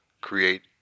create